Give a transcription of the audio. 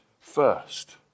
first